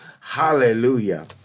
hallelujah